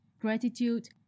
gratitude